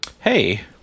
Hey